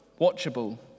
watchable